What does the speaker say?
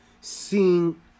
seeing